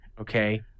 Okay